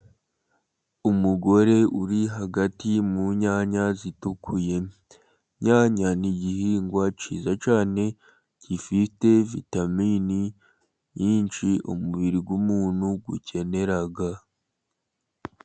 Umugore uri hagati mu nyanya zitukuye, inyanya n'igihingwa cyiza cyane gifite vitamini nyinshi, umubiri w'umuntu ukenera.